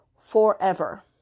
forever